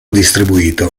distribuito